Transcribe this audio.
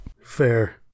Fair